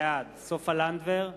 בעד סופה לנדבר,